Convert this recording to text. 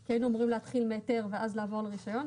כי היינו אמורים להתחיל מהיתר ואז לעבור לרישיון.